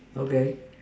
okay